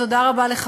תודה רבה לך,